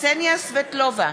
קסניה סבטלובה,